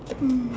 mm